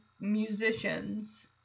musicians